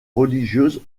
religieuses